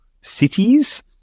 cities